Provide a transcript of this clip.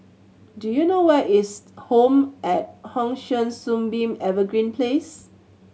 do you know where is Home at Hong San Sunbeam Evergreen Place